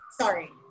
sorry